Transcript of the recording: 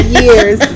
years